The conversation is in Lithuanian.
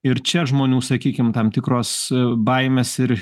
ir čia žmonių sakykim tam tikros baimės ir